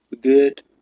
Good